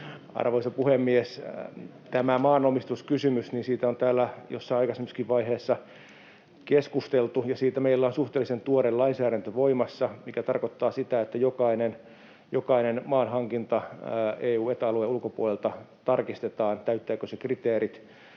Arvoisa puhemies! Tästä maanomistuskysymyksestä on täällä jossain aikaisemmassakin vaiheessa keskusteltu, ja siitä meillä on suhteellisen tuore lainsäädäntö voimassa, mikä tarkoittaa sitä, että jokaisesta EU—ETA-alueen ulkopuolelta tulevasta maanhankinnasta tarkistetaan, täyttääkö se kriteerit,